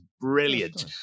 brilliant